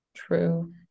true